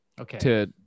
Okay